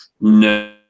No